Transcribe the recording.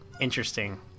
Interesting